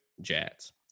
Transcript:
jets